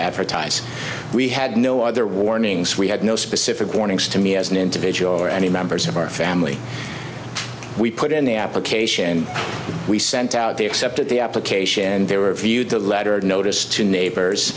advertise we had no other warnings we had no specific warnings to me as an individual or any members of our family we put in the application we sent out they accepted the application and they were viewed the letter notice to neighbors